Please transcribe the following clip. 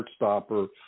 Heartstopper